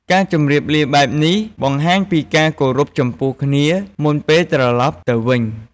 ការជម្រាបលាបែបនេះ បង្ហាញពីការគោរពចំពោះគ្នា មុនពេលត្រឡប់ទៅវិញ។